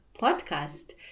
podcast